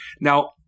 Now